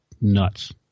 nuts